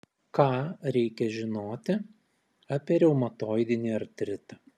ką reikia žinoti apie reumatoidinį artritą